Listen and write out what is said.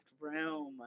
Room